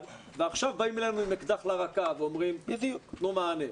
ועכשיו באים אלינו עם אקדח לרקה ואומרים שניתן מענה.